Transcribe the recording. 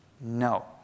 no